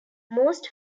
most